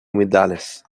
humedales